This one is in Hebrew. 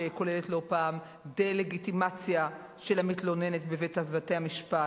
שכוללת לא פעם דה-לגיטימציה של המתלוננת בבתי-המשפט,